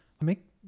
make